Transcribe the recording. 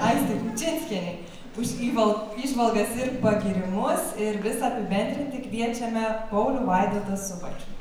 aistei kučinskienei už įval įžvalgas ir pagyrimus ir visa apibendrinti kviečiame paulių vaidotą subačių